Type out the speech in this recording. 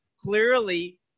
clearly